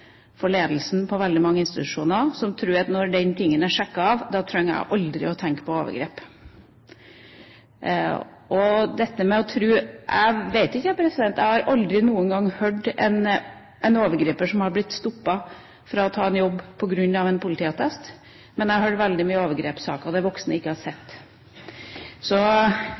for ledelsen ved veldig mange institusjoner som tror at når det er sjekket, trenger man aldri å tenke på overgrep. Jeg vet ikke, men jeg har aldri noen gang hørt om en overgriper som har blitt stoppet fra å ta en jobb på grunn av en politiattest, men jeg har hørt om veldig mange overgrepssaker der voksne ikke har sett.